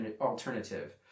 alternative